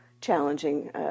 challenging